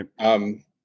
Right